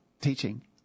teaching